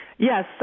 Yes